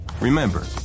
Remember